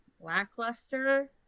lackluster